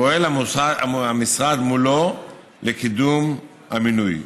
פועל המשרד מולו לקידום המינוי.